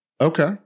Okay